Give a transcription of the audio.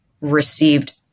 received